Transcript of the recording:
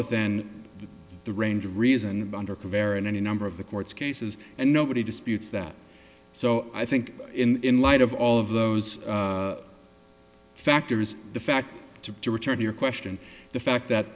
within the range of reason bunder covariant any number of the courts cases and nobody disputes that so i think in light of all of those factors the fact to return to your question the fact that